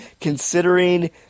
considering